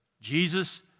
Jesus